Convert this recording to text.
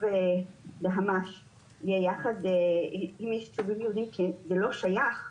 דהמש יהיה יחד עם יישובים יהודיים כי זה לא שייך,